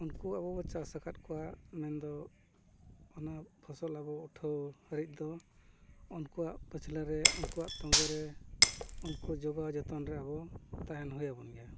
ᱩᱱᱠᱩ ᱟᱵᱚᱵᱚᱱ ᱪᱟᱥ ᱟᱠᱟᱫ ᱠᱚᱣᱟ ᱢᱮᱱᱫᱚ ᱚᱱᱟ ᱯᱷᱚᱥᱚᱞ ᱟᱵᱚ ᱩᱴᱷᱟᱹᱣ ᱦᱟᱹᱨᱤᱡ ᱫᱚ ᱩᱱᱠᱩᱣᱟᱜ ᱯᱟᱪᱷᱞᱟᱹᱨᱮ ᱩᱱᱠᱩᱣᱟᱜ ᱛᱚᱸᱜᱮ ᱨᱮ ᱩᱱᱠᱩ ᱡᱚᱜᱟᱣ ᱡᱚᱛᱚᱱ ᱨᱮ ᱟᱵᱚ ᱛᱟᱦᱮᱱ ᱦᱩᱭᱟᱵᱚᱱ ᱜᱮᱭᱟ